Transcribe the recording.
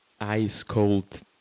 ice-cold